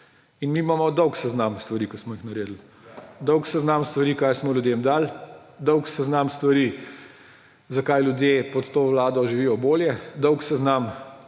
In mi imamo dolg seznam stvari, ki smo jih naredili. Dolg seznam stvari, kaj smo ljudem dali, dolg seznam stvari, zakaj ljudje pod to vlado živijo bolje, dolg seznam,